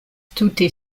tute